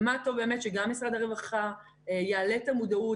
היה טוב שגם משרד הרווחה יעלה את המודעות